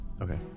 Okay